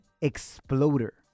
Exploder